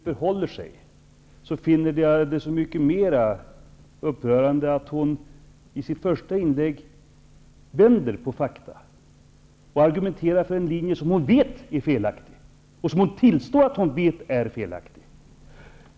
Fru talman! Om Gudrun Schyman vet hur det förhåller sig, finner jag det desto mera upprörande att hon i sitt första inlägg vände på fakta och argumenterade för en linje som hon vet är felaktig och som hon tillstår är felaktig.